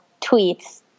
tweets